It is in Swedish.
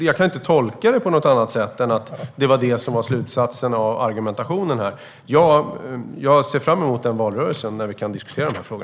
Jag kan inte tolka det på något annat sätt än att det var slutsatsen av argumentationen. Jag ser fram emot valrörelsen, när vi kan diskutera dessa frågor.